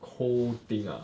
cold thing ah